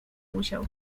musiał